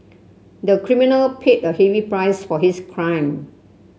the criminal paid a heavy price for his crime